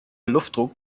luftdruck